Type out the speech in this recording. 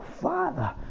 Father